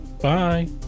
Bye